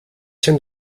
się